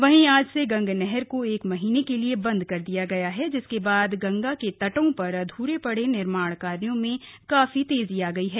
वहीं आज से गंग नहर को एक महीने के लिए बंद कर दिया गया है जिसके बाद गंगा के तटों पर अध्रे पड़े निर्माण कार्यो में काफी तेजी आ गई है